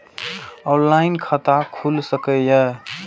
Online खाता खुल सके ये?